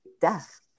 death